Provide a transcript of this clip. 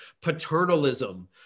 Paternalism